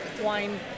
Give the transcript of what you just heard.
wine